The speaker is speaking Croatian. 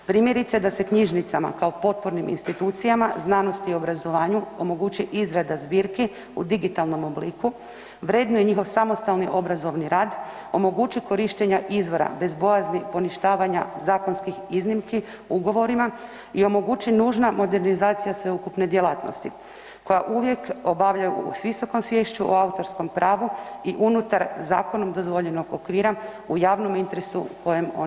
Primjerice da se knjižnicama kao potpornim institucijama znanosti i obrazovanju omogućiti izrada zbirki u digitalnom obliku, vrednuje njihov samostalni obrazovni rad, omogući korištenja izvora bez bojazni poništavanja zakonskih iznimki u ugovorima i omogući nužna modernizacija sveukupne djelatnost koja uvijek obavljaju s visokom sviješću o autorskom pravu i unutar zakonom dozvoljenog okvira u javnom interesu kojem one i služe.